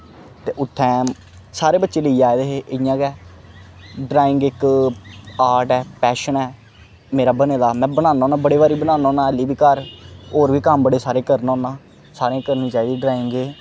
ते उत्थें सारे बच्चे लेई आए दे हे इ'यां गै ड्राइंग इक आर्ट ऐ पैशन ऐ मेरा बने दा में बनाना होन्ना बड़े बारी बनाना होन्ना हल्ली बी घर होर बी कम्म बड़े सारे करना होन्ना सारें गी करने चाहिदी ड्राइंग